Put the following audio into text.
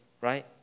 right